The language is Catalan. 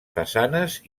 façanes